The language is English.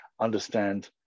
understand